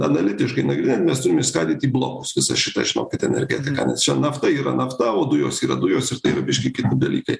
analitiškai nagrinėjant mes turim išskaidyt į blokus visą šitą žinokit energetiką nes čia nafta yra nafta o dujos yra dujos ir tai yra biški kiti dalykai